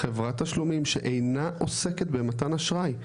חברת תשלומים שאינה עוסקת במתן אשראי,